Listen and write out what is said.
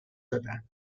دادن